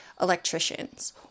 electricians